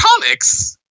comics